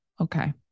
Okay